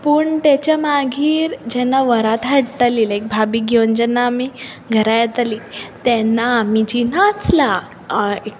पूण ताच्या मागीर जेन्ना वरात हाडटालीं लायक भाभीक घेवन जेन्ना आमी घरा येतालीं तेन्ना आमी जीं नाचला